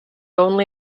only